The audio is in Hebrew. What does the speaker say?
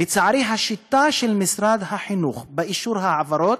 לצערי, השיטה של משרד החינוך באישור העברות,